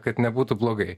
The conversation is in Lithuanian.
kad nebūtų blogai